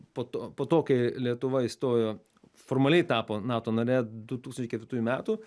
po to po to kai lietuva įstojo formaliai tapo nato nare du tūkstančiai ketvirtųjų metų